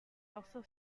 also